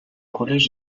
collège